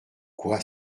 quoi